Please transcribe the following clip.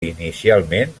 inicialment